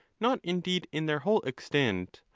not indeed in their whole extent,